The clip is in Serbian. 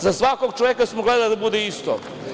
Za svakog čoveka smo gledali da bude isto.